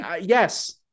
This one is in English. Yes